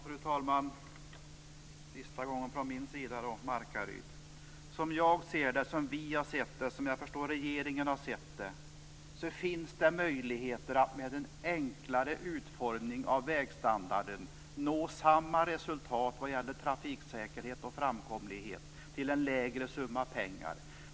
Fru talman! För sista gången från min sida skall jag ta upp Markaryd. Som jag ser det, som vi har sett det, som jag förstår att regeringen har sett det, finns det möjligheter att med en enklare utformningen av vägstandarden nå samma resultat vad gäller trafiksäkerhet och framkomlighet till en lägre summa pengar.